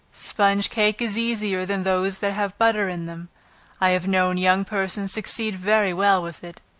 sponge cake is easier than those that have butter in them i have known young persons succeed very well with it.